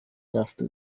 after